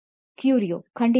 ಕ್ಯೂರಿಯೊ ಖಂಡಿತವಾಗಿ